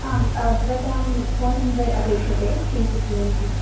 आम् भवतां phone number अपेक्ष्यते किञ्चिद्वदन्ति वा